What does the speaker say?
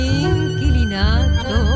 inquilinato